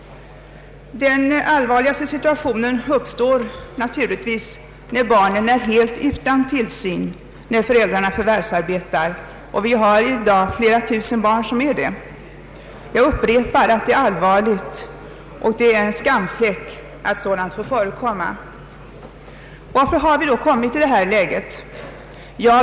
Den allvarligaste situationen uppstår naturligtvis när barnen är helt utan tillsyn då föräldrarna förvärvsarbetar, och vi har i dag flera tusen barn som är det. Jag upprepar att det är allvarligt och att det är en skamfläck att sådant får förekomma. Varför har vi då kommit i detta läge?